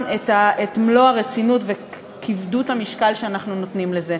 את מלוא הרצינות וכבדות המשקל שאנחנו נותנים לזה.